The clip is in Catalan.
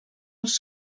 els